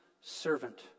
servant